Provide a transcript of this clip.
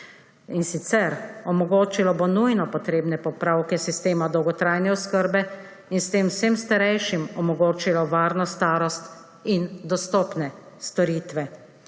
in sicer bo omogočilo nujno potrebne popravke sistema dolgotrajne oskrbe in s tem vsem starejšim omogočilo varno starost in dostopne storitve.